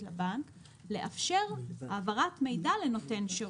לבנק לאפשר העברת מידע לנותן שירות.